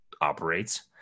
operates